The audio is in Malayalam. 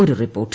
ഒരു റിപ്പോർട്ട്